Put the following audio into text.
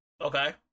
Okay